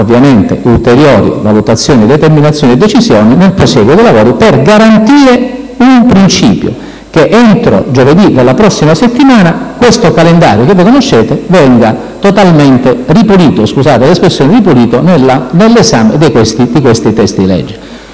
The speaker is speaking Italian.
ovviamente ulteriori valutazioni, determinazioni e decisioni nel prosieguo dei lavori per garantire un principio, che entro giovedì della prossima settimana questo calendario che voi conoscete venga totalmente ripulito - scusate l'espressione - nell'esame di questi testi di legge.